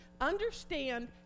understand